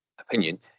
opinion